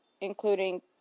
including